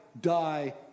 die